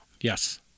Yes